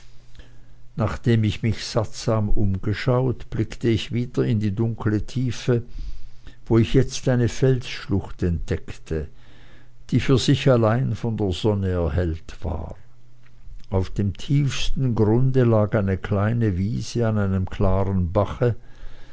nachdem ich mich sattsam umgeschaut blickte ich wieder in die dunkle tiefe wo ich jetzt eine felsschlucht entdeckte die für sich allein von der sonne erhellt war auf dem tiefsten grunde lag eine kleine wiese an einem klaren bache